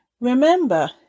remember